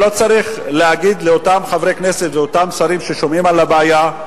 אני לא צריך להגיד לאותם חברי כנסת ולאותם שרים ששומעים על הבעיה,